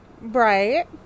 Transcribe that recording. Right